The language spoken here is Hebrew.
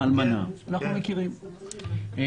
אנחנו משקיעים הרבה מאוד בפריפריה.